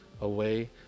away